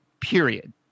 period